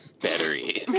Battery